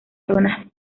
zonas